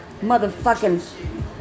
Motherfucking